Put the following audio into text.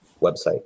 website